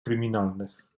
kryminalnych